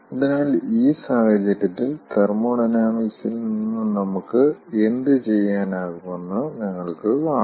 അതിനാൽ ഈ സാഹചര്യത്തിൽ തെർമോഡൈനാമിക്സിൽ നിന്ന് നമുക്ക് എന്തുചെയ്യാനാകുമെന്ന് നിങ്ങൾ കാണും